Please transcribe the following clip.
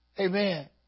Amen